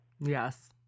Yes